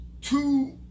two